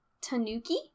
tanuki